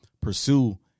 pursue